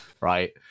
right